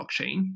blockchain